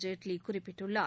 ஜேட்லி குறிப்பிட்டுள்ளார்